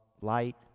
light